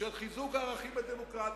של חיזוק הערכים הדמוקרטיים,